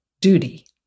duty